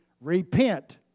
Repent